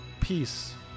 peace